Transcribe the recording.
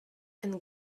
and